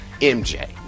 mj